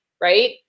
right